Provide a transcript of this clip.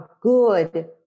good